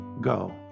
go